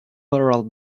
herald